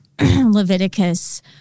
Leviticus